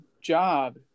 job